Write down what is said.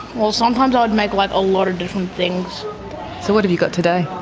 well sometimes i'd make like a lot of different things. so what have you got today?